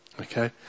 Okay